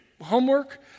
homework